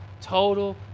total